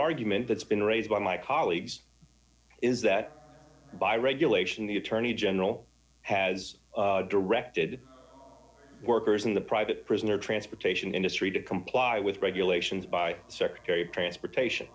argument that's been raised by my colleagues is that by regulation the attorney general has directed workers in the private prison or transportation industry to comply with regulations by secretary of transportation